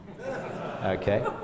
Okay